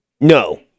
No